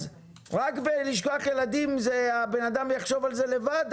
אז רק בלשכוח ילדים הבן אדם יחשוב על זה לבד,